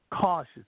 cautious